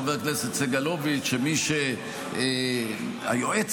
חבר הכנסת סגלוביץ' שאומר שמי שהיועץ